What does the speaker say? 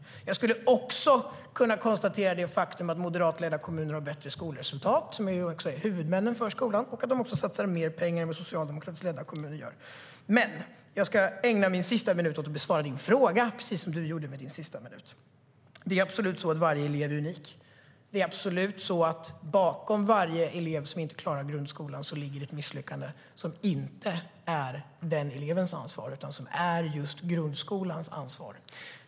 Det är absolut så att varje elev är unik. Det är absolut så att det bakom varje elev som inte klarar grundskolan ligger ett misslyckande som inte är den elevens ansvar utan just grundskolans ansvar.